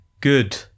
good